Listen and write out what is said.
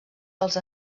dels